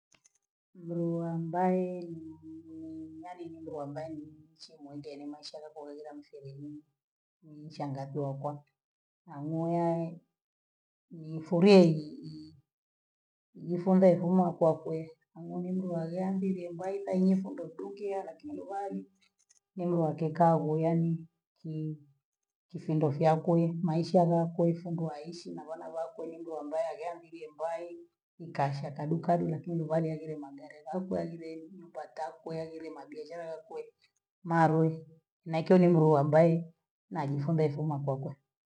Mlio ambaye nii nani mle ambaye ni chi mwongeni masharaha koleila msevenii ni shangwa tu kakwa, anunua yai ni sirii ni nijifunze kuuma kwa kweyi ani ujumbe wa leo ambili embao kanifunga chukia lakini morali kaa nifunge chukiya lakini morabi, ni mlake kaa golani ki- kisimbo cha kule maisha makuyi fungu rahisi na bana bhakwe nimli ambaye lyabulie mbayi nikasha kadu lakini wale aliomaandeleva kabla ya jire juu mtata kweli ni magereza yakwe malue lakini nalifunga heshima kwa kuwa.